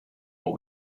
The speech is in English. what